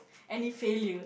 any failure